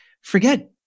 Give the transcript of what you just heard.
forget